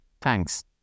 thanks